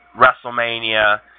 WrestleMania